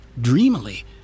dreamily